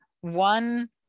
one